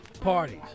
parties